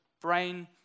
brain